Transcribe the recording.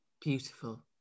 Beautiful